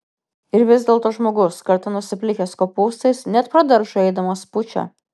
ir vis dėlto žmogus kartą nusiplikęs kopūstais net pro daržą eidamas pučia